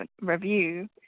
review